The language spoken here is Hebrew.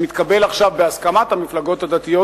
שמתקבל עכשיו בהסכמת המפלגות הדתיות,